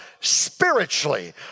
spiritually